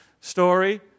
story